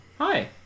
Hi